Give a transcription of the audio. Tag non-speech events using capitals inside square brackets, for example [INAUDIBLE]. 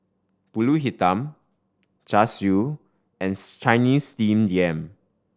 Pulut Hitam Char Siu and [UNINTELLIGIBLE] Chinese Steamed Yam